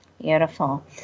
Beautiful